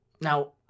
Now